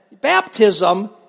Baptism